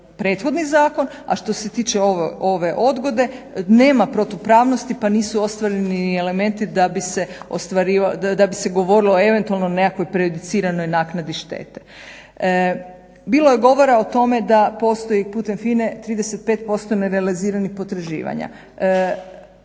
prethodni zakon, a što se tiče ove odgode nema protupravnosti pa nisu ostvareni ni elementi da bi se govorilo o eventualno nekakvoj prejudiciranoj naknadi štete. Bilo je govora o tome da postoji putem FINA-e 35% nerealiziranih potraživanja.